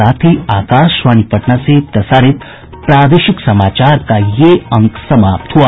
इसके साथ ही आकाशवाणी पटना से प्रसारित प्रादेशिक समाचार का ये अंक समाप्त हुआ